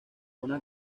una